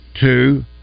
two